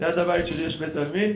ליד הבית שלי יש בית עלמין,